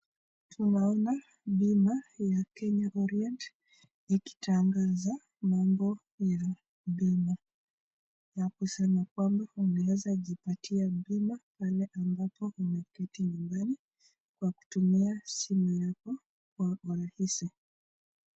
Tunaona bima ya Kenya Orient ikitangaza mambo ya bima ya kusema kwamba unaweza jipatia bima pale ambapo umeketi nyumbani kwa kutumia simu yako kwa urahisi.